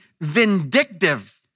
vindictive